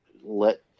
let